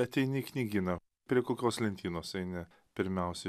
ateini į knygyną prie kokios lentynos eini pirmiausi